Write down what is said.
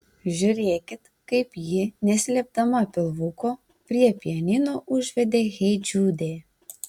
žiūrėkit kaip ji neslėpdama pilvuko prie pianino užvedė hey jude